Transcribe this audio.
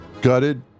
Gutted